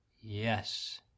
Yes